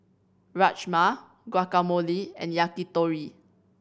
Rajma Guacamole and Yakitori